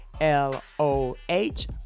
L-O-H